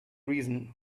reason